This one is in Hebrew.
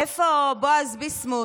איפה בועז ביסמוט?